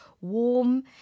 warm